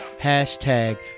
Hashtag